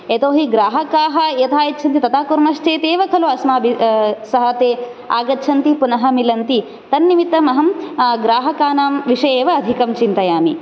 यतोहि ग्राहकाः यथा इच्छन्ति तथा कुर्मश्चेदेव खलु अस्माभि सः ते आगच्छन्ति पुनः मिलन्ति तन्नमित्तम् अहं ग्राहकाणां विषये एव अधिकं चिन्तयामि